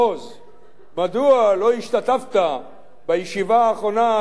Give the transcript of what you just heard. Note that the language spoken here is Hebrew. מדוע לא השתתפת בישיבה האחרונה של הקומסומול?